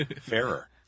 Fairer